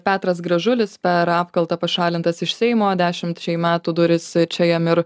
petras gražulis per apkaltą pašalintas iš seimo dešimčiai metų durys čia jam ir